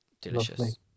delicious